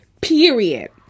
Period